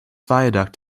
viaduct